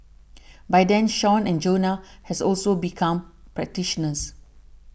by then Sean and Jonah has also become practitioners